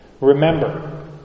Remember